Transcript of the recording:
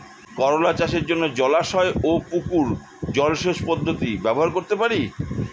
করোলা চাষের জন্য জলাশয় ও পুকুর জলসেচ পদ্ধতি ব্যবহার করতে পারি?